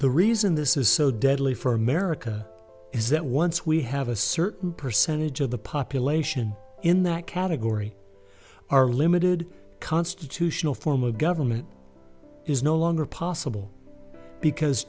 the reason this is so deadly for america is that once we have a certain percentage of the population in that category our limited constitutional form of government is no longer possible because